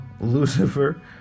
Lucifer